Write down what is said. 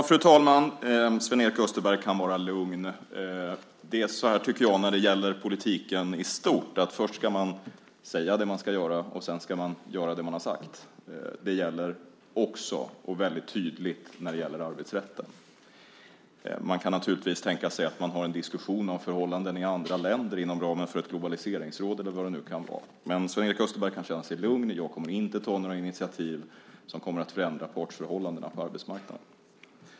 Fru talman! Sven-Erik Österberg kan vara lugn. Det är så här, tycker jag, när det gäller politiken i stort att först ska man säga det man ska göra och sedan ska man göra det man har sagt. Det gäller också och väldigt tydligt för arbetsrätten. Man kan naturligtvis tänka sig att man har en diskussion om förhållanden i andra länder inom ramen för ett globaliseringsråd eller vad det kan vara, men Sven-Erik Österberg kan känna sig lugn. Jag kommer inte att ta några initiativ som kommer att förändra partsförhållandena på arbetsmarknaden.